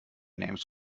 names